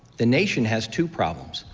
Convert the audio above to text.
the nation has two problems,